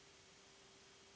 Hvala.